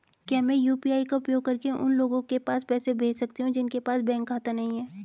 क्या मैं यू.पी.आई का उपयोग करके उन लोगों के पास पैसे भेज सकती हूँ जिनके पास बैंक खाता नहीं है?